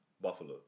buffalo